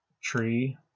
tree